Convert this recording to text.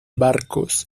barcos